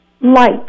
Light